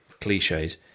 cliches